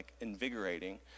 invigorating